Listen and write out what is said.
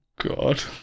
God